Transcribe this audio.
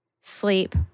sleep